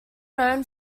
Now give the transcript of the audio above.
known